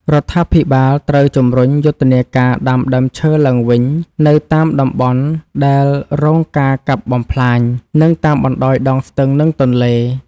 រដ្ឋាភិបាលត្រូវជំរុញយុទ្ធនាការដាំដើមឈើឡើងវិញនៅតាមតំបន់ដែលរងការកាប់បំផ្លាញ និងតាមបណ្តោយដងស្ទឹង និងទន្លេ។